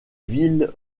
ville